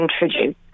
introduce